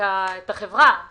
כי